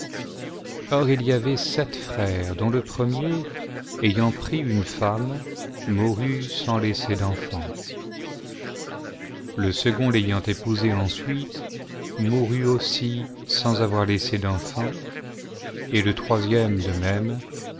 or il y avait sept frères dont le premier ayant pris une femme mourut sans laisser d'enfant le second l'ayant épousée ensuite mourut aussi sans avoir laissé d'enfants et le troisième de